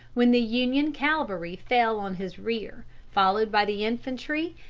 when the union cavalry fell on his rear, followed by the infantry,